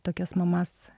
tokias mamas